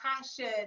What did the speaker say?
passion